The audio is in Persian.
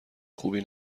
خوبی